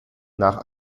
nach